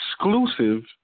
exclusive